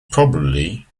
probably